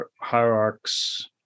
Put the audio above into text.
hierarchs